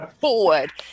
forward